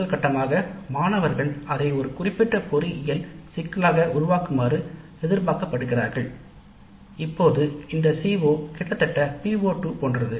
முதல் கட்டமாக மாணவர்கள் அதை ஒரு குறிப்பிட்ட பொறியியல் சிக்கலாக உருவாக்குமாறு எதிர்பார்க்கப்படுகிறார்கள் இப்போது இந்த CO கிட்டத்தட்ட PO2 போன்றது